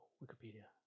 wikipedia